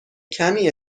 کمی